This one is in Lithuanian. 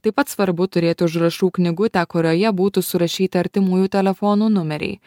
taip pat svarbu turėti užrašų knygutę kurioje būtų surašyti artimųjų telefonų numeriai